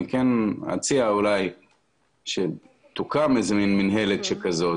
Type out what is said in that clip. אני כן אציע אולי שתוקם איזו מן מינהלת שכזאת,